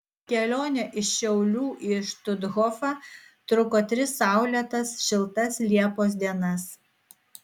kelionė iš šiaulių į štuthofą truko tris saulėtas šiltas liepos dienas